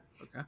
Okay